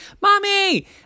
Mommy